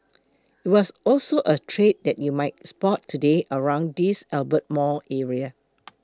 it was also a trade that you might spot today around this Albert Mall area